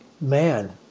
Man